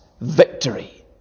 Victory